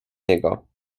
niego